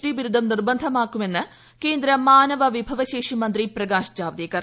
D ബിരുദം നിർബന്ധമാക്കുമെന്ന് കേന്ദ്ര മാനവ വിഭവ ശേഷി മന്ത്രി പ്രകാശ് ജാവ്ദേക്കർ